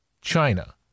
China